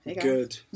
Good